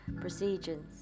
procedures